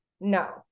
No